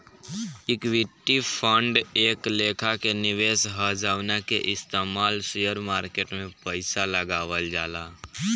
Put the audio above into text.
equity fund एक लेखा के निवेश ह जवना के इस्तमाल शेयर मार्केट में पइसा लगावल जाला